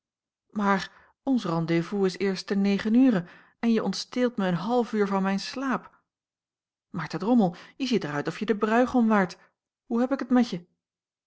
maar ons rendez-vous is eerst te negen uren en je ontsteelt me een half uur van mijn slaap maar te drommel je ziet er uit of je de bruîgom waart hoe heb ik het met je